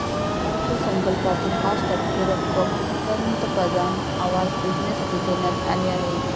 अर्थसंकल्पातील पाच टक्के रक्कम पंतप्रधान आवास योजनेसाठी देण्यात आली आहे